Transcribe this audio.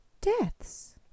deaths